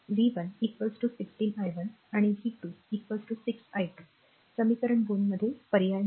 V 1 16 i 1 आणि v 2 6 i2 समीकरण 2 मध्ये पर्याय मिळेल